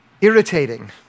irritating